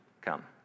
come